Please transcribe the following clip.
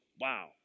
Wow